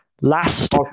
last